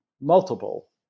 multiple